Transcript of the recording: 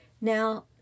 Now